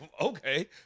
Okay